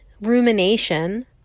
rumination